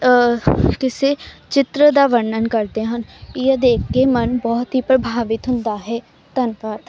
ਕਿਸੇ ਚਿੱਤਰ ਦਾ ਵਰਣਨ ਕਰਦੇ ਹਨ ਇਹ ਦੇਖ ਕੇ ਮਨ ਬਹੁਤ ਹੀ ਪ੍ਰਭਾਵਿਤ ਹੁੰਦਾ ਹੈ ਧੰਨਵਾਦ